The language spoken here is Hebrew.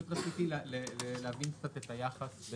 פשוט רציתי להבין קצת את היחס.